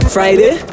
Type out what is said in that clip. Friday